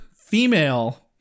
female